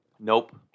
Nope